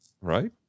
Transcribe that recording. Right